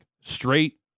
straight